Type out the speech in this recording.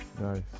Nice